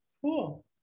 Cool